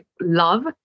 love